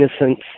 innocence